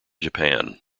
japan